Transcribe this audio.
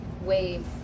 wave